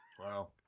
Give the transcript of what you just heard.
Wow